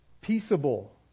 peaceable